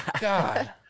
God